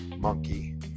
Monkey